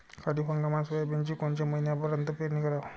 खरीप हंगामात सोयाबीनची कोनच्या महिन्यापर्यंत पेरनी कराव?